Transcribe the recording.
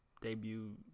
debut